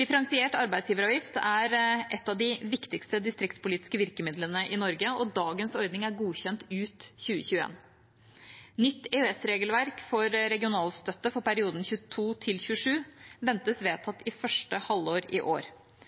Differensiert arbeidsgiveravgift er et av de viktigste distriktspolitiske virkemidlene i Norge, og dagens ordning er godkjent ut 2021. Nytt EØS-regelverk for regionalstøtte for perioden 2022–2027 ventes vedtatt i første halvår i år.